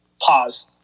pause